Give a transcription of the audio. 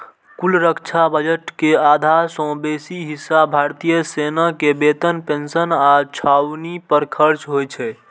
कुल रक्षा बजट के आधा सं बेसी हिस्सा भारतीय सेना के वेतन, पेंशन आ छावनी पर खर्च होइ छै